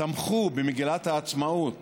תמכה במגילת העצמאות